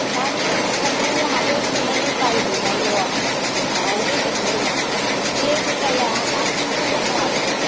दानि मानसिफ्रा खालि हाथायाव थांनानै बायहैनायल' रावबो हेबनो रोङा बे बोराया दासिमबो दङ आरोखि